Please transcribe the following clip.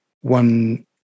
one